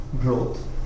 growth